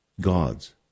God's